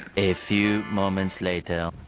a few moments later.